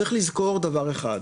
צריך לזכור דבר אחד,